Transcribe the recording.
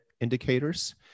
indicators